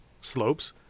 slopes